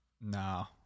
No